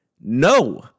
No